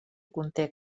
conté